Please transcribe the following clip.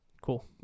Cool